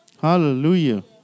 Hallelujah